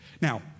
Now